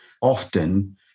often